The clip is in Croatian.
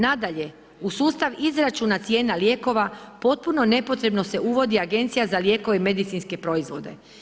Nadalje u sustav izračuna cijena lijekova potpuno nepotrebno se uvodi Agencija za lijekove i medicinske proizvode.